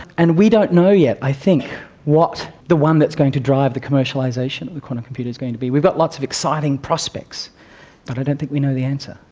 and we don't know yet i think what the one that's going to drive the commercialisation of the quantum computer is going to be. we've got lots of exciting prospects but i don't think we know the answer.